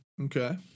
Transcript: Okay